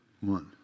one